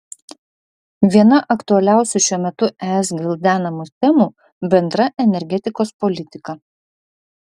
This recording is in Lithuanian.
viena aktualiausių šiuo metu es gvildenamų temų bendra energetikos politika